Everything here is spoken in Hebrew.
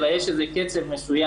אלא יש איזה זמן קצת מסוים,